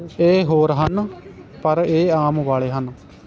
ਇਹ ਹੋਰ ਹਨ ਪਰ ਇਹ ਆਮ ਵਾਲੇ ਹਨ